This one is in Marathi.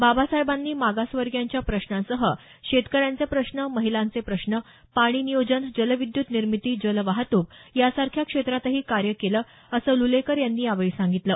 बाबासाहेबांनी मागासवर्गीयांच्या प्रश्नांसह शेतकऱ्यांचे प्रश्न महिलांचे प्रश्न पाणी नियोजन जलविद्युत निर्मीती जलवाहतूक यासारख्या क्षेत्रातही कार्य केलं असं लुलेकर यांनी यावेळी सांगितलं